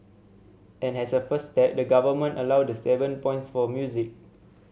and as a first step the Government allowed the seven points for music